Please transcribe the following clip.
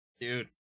Dude